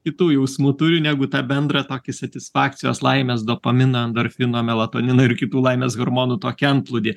kitų jausmų turi negu tą bendrą tokį satisfakcijos laimės dopamino endorfino melatonino ir kitų laimės hormonų tokį antplūdį